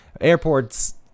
Airports